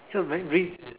so macritchie